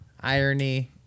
irony